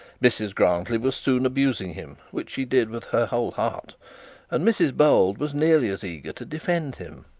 mrs grantly was soon abusing him, which she did with her whole heart and mrs bold was nearly as eager to defend him.